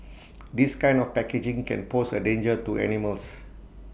this kind of packaging can pose A danger to animals